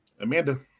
Amanda